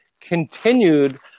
continued